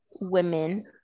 women